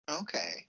Okay